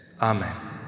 Amen